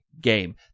game